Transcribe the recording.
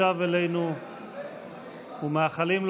זה יכול להיעשות מייד, אתם רק לא רוצים לדבר.